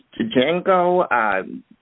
Django